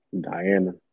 Diana